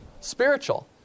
Spiritual